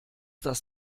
das